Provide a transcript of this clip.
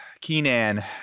Keenan